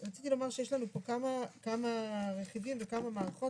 שיש לנו פה כמה רכיבים וכמה מערכות